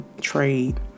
trade